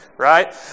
Right